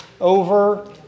over